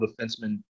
defenseman